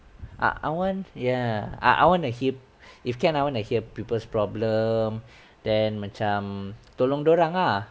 I I want ya I I want a heap if can I want to hear people's problem then macam tolong dia orang lah